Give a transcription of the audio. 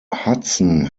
hudson